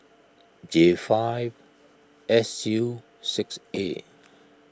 J five S U six A